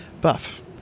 buff